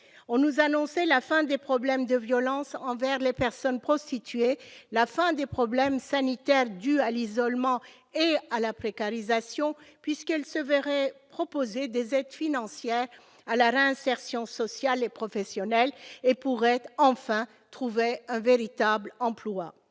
on nous annonçait la fin des problèmes de violence envers les personnes prostituées la fin des problèmes sanitaires dus à l'isolement et à la précarisation puisqu'elle se verrait proposer des aides financières à la réinsertion sociale et professionnelle et pour être enfin trouver un véritable emploi,